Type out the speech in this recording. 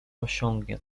osiągnie